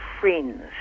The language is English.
friends